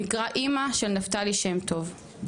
השיר נקרא "אמא", שיר של נפתלי שם טוב: